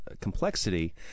complexity